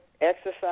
exercise